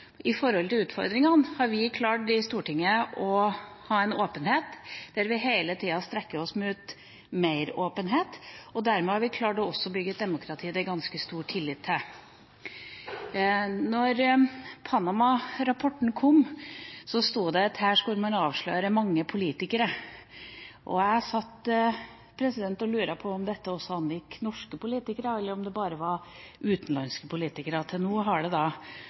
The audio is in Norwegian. i forkant av utfordringene har vi klart i Stortinget å ha en åpenhet der vi hele tida strekker oss mot mer åpenhet, og dermed har vi også klart å bygge et demokrati det er ganske stor tillit til. Da Panama-rapporten kom, sto det at her skulle man avsløre mange politikere. Jeg satt og lurte på om dette også angikk norske politikere, eller om det bare var utenlandske politikere. Til nå har det